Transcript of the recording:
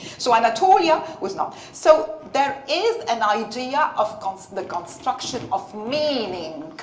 so anatolia was not. so there is an idea of kind of the construction of meaning